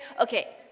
Okay